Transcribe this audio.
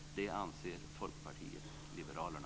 Det anser Folkpartiet liberalerna.